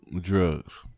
drugs